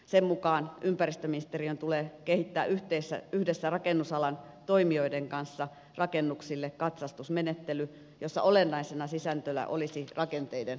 sen mukaan ympäristöministeriön tulee kehittää yhdessä rakennusalan toimijoiden kanssa rakennuksille katsastusmenettely jossa olennaisena sisältönä olisi rakenteiden turvallisuus